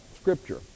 scripture